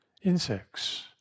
insects